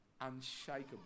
unshakable